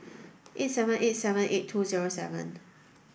eight seven eight seven eight two zero seven